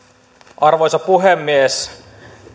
arvoisa puhemies